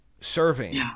serving